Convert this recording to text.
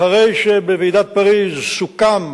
אחרי שבוועידת פריס סוכם